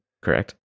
Correct